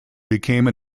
became